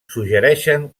suggereixen